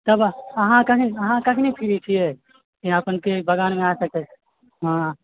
तब अहाँ कखन अहाँ कखन फ्री छियै कि अपनेकेँ बगानमे आ सकैत हँ